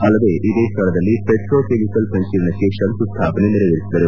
ಅಲ್ಲದೆ ಇದೇ ಸ್ಥಳದಲ್ಲಿ ಪೆಟ್ರೋಕೆಮಿಕಲ್ ಸಂಕೀರ್ಣಕ್ಕೆ ಶಂಕುಸ್ವಾಪನೆ ನೆರವೇರಿಸಿದರು